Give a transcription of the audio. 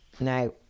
Now